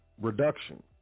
Reduction